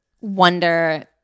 wonder